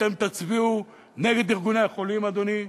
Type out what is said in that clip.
ואתם תצביעו נגד ארגוני החולים, אדוני,